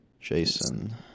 Jason